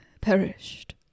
Perished